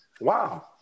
Wow